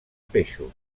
peixos